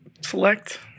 select